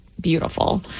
beautiful